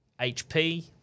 HP